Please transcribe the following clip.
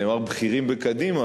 נאמר "בכירים בקדימה",